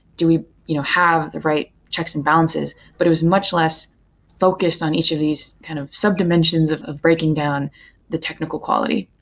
do we you know have the right checks and balances? but it was much less focused on each of these kind of sub-dimensions of of breaking down the technical quality.